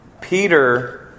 Peter